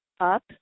up